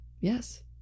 Yes